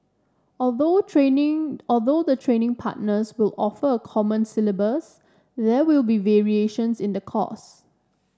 although training although the training partners will offer a common syllabus there will be variations in the course